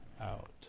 out